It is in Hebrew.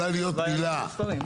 היא יכולה להיות מילה יפה,